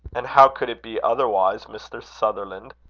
and how could it be otherwise, mr. sutherland,